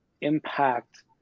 impact